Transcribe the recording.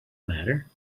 matter